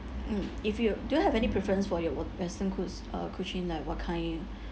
mm if you do you have any preference for your wet~ western cus~ uh cuisine like what kind